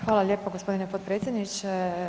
Hvala lijepo gospodine potpredsjedniče.